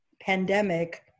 pandemic